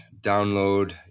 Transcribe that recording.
Download